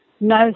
no